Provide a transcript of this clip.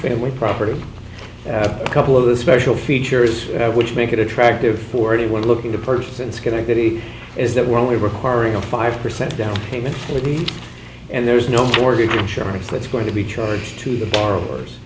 property a couple of the special features which make it attractive for anyone looking to purchase in schenectady is that we're only requiring a five percent down payment for the and there's no mortgage insurance that's going to be charged to the borrowers